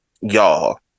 y'all